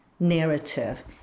narrative